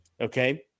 okay